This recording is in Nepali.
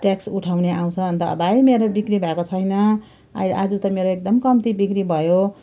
ट्याक्स उठाउने आउँछ अन्त भाइ मेरो बिक्री भएको छैन अहिले आज त मेरो एकदम कम्ती बिक्री भयो